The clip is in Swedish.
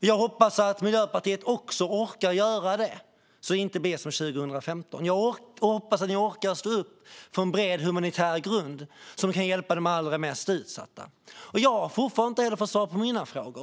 Jag hoppas att Miljöpartiet också orkar göra det, så att det inte blir som 2015. Jag hoppas att ni orkar stå upp för en bred humanitär grund som kan hjälpa de allra mest utsatta. Jag har fortfarande inte heller fått svar på mina frågor.